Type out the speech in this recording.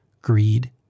Greed